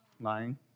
Lying